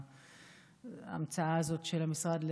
ההמצאה של המשרד,